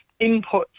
inputs